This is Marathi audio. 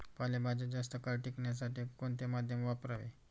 पालेभाज्या जास्त काळ टिकवण्यासाठी कोणते माध्यम वापरावे?